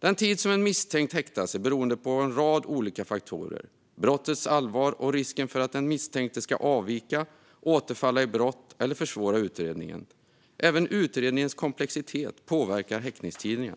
Den tid som en misstänkt häktas är beroende av en rad olika faktorer, som brottets allvar och risken för att den misstänkte ska avvika, återfalla i brott eller försvåra utredningen. Även utredningens komplexitet påverkar häktningstiderna.